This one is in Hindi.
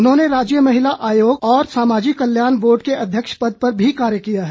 उन्होंने राज्य महिला आयोग और सामाजिक कल्याण बोर्ड के अध्यक्ष पद पर भी कार्य किया है